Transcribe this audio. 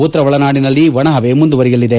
ಉತ್ತರ ಒಳನಾಡಿನಲ್ಲಿ ಒಣಹವೆ ಮುಂದುವರಿಯಲಿದೆ